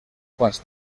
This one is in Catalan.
quants